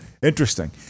Interesting